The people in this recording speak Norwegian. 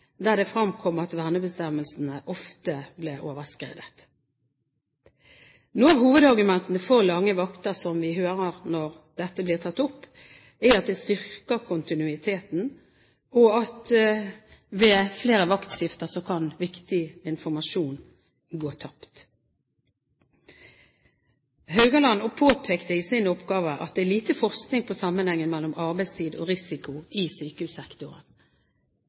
der det fremkom at vernebestemmelsene ofte ble overskredet. Noen av hovedargumentene for lange vakter som vi hører når dette blir tatt opp, er at det styrker kontinuiteten, og at viktig informasjon kan gå tapt ved flere vaktskifter. Laugaland påpekte i sin oppgave at det er lite forskning på sammenhengen mellom arbeidstid og risiko i sykehussektoren.